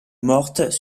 mortes